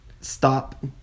stop